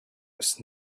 was